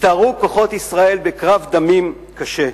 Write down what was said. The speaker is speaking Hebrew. הסתערו כוחות ישראל בקרב דמים קשה,